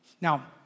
Now